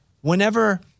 Whenever